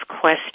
question